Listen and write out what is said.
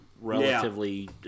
relatively